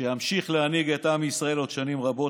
שימשיך להנהיג את עם ישראל עוד שנים רבות.